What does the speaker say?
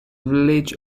village